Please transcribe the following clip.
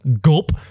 Gulp